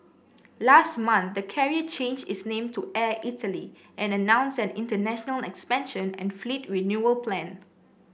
last month the carrier changed its name to Air Italy and announced an international expansion and fleet renewal plan